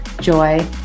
joy